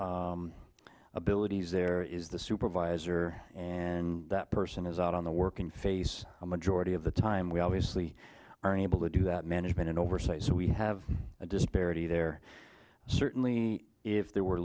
operator abilities there is the supervisor and that person is out on the working face a majority of the time we obviously are able to do that management and oversight so we have a disparity there certainly if there were